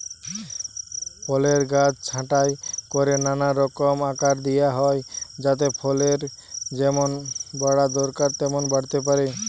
ফলের গাছ ছাঁটাই কোরে নানা রকম আকার দিয়া হয় যাতে ফলের যেমন বাড়া দরকার তেমন বাড়তে পারে